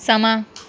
ਸਮਾਂ